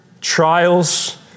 trials